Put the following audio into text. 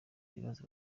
ibibazo